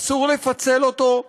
אסור לפצל אותו,